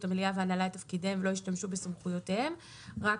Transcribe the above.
המליאה וההנהלה את תפקידיהם ולא ישתמשו בסמכויותיהם - אני